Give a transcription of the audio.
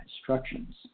instructions